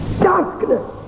Darkness